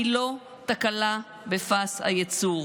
אני לא תקלה בפס הייצור.